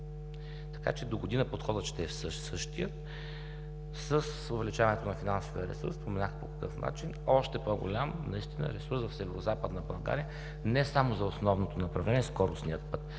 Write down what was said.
Така че догодина подходът ще е същият. С увеличаването на финансовия ресурс, споменах по какъв начин, още по-голям ресурс в Северозападна България не само за основното направление – скоростният път